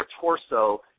torso